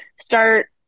Start